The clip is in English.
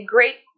Great